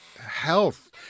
health